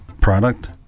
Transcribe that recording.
product